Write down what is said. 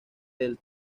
del